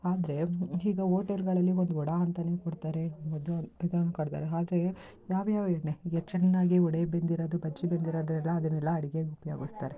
ಆದರೆ ಈಗ ಓಟೆಲ್ಗಳಲ್ಲಿ ಒಂದು ವಡ ಅಂತಲೇ ಕೊಡ್ತಾರೆ ಅದು ಕೊಡ್ತಾರೆ ಆದ್ರೆ ಯಾವ ಯಾವ ಎಣ್ಣೆ ಈಗ ಚೆನ್ನಾಗಿ ವಡೆ ಬೆಂದಿರೋದು ಬಜ್ಜಿ ಬೆಂದಿರೋದು ಎಲ್ಲ ಅದನ್ನೆಲ್ಲ ಅಡ್ಗೆಗೆ ಉಪಯೋಗಿಸ್ತಾರೆ